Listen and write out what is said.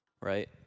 right